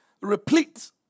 replete